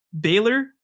Baylor